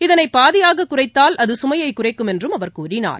இதனை பாதியாகக் குறைத்தால் அது சுமையைக் குறைக்கும் என்றும் அவர் கூறினார்